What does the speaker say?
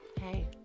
Hey